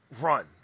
run